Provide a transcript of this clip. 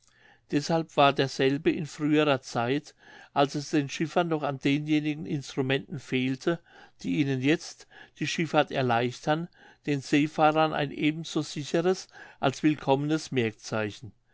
deshalb war derselbe in früherer zeit als es den schiffern noch an denjenigen instrumenten fehlte die ihnen jetzt die schifffahrt erleichtern den seefahrern ein eben so sicheres als willkommenes merkzeichen